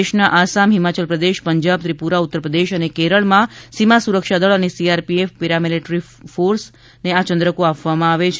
દેશનાં આસામ હિમાચલ પ્રદેશ પંજાબ ત્રિપુરા ઉત્તરપ્રદેશ અને કેરલમાં સીમા સુરક્ષાદળ અને સીઆરપીએફ પેરામીલેટરીદળોમાં આ ચંદ્રકો આપવામાં આવે છે